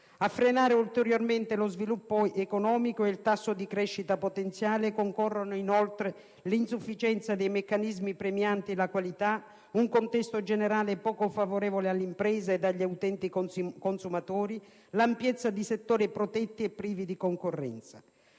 A frenare ulteriormente lo sviluppo economico e il tasso di crescita potenziale concorrono, inoltre, l'insufficienza dei meccanismi premianti la qualità, un contesto generale poco favorevole all'impresa ed agli utenti consumatori, l'ampiezza di settori protetti e privi di concorrenza.